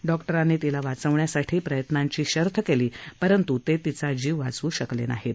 डॉक्टरांनी तिला वाचवण्यासाठी प्रयत्नांची शर्थ केली परंतु ते तिचा जीव वाचवू शकले नाहीत